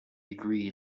agreed